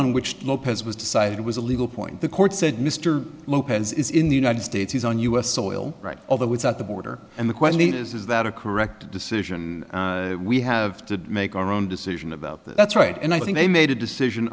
on which the lopez was decided it was a legal point the court said mr lopez is in the united states he's on u s soil right although it's at the border and the question is is that a correct decision and we have to make our own decision about that's right and i think they made a decision